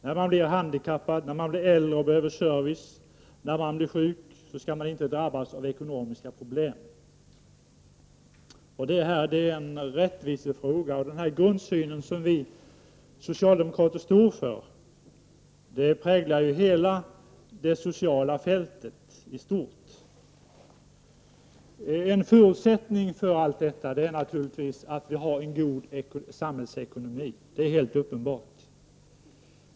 När man blir handikappad, när man blir äldre och behöver service och när man blir sjuk skall man inte drabbas av ekonomiska problem. Detta är en rättvisefråga. Den grundsyn som vi socialdemokrater står för präglar hela det sociala fältet i stort. En förutsättning för allt detta är naturligtvis en god samhällsekonomi, det är helt uppenbart.